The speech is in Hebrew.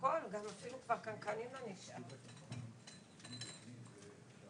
זה כשלעצמו הוכח